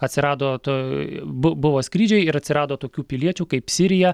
atsirado tai bu buvo skrydžiai ir atsirado tokių piliečių kaip sirija